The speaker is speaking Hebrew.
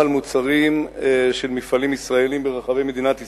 גם על מוצרים של מפעלים ישראליים ברחבי מדינת ישראל,